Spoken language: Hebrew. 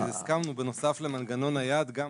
אנחנו הסכמנו, בנוסף למנגנון היד, גם